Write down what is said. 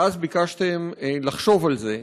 אז ביקשתם לחשוב על זה,